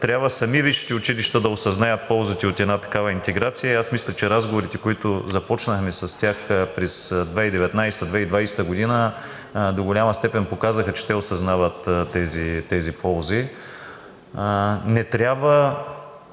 Трябва сами висшите училища да осъзнаят ползите от една такава интеграция. Мисля, че разговорите, които започнахме с тях през 2019 – 2020 г., до голяма степен показаха, че те осъзнават тези ползи. Не трябва,